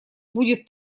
будет